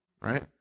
right